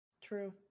True